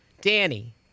Danny